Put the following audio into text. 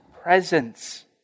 presence